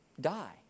Die